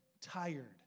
tired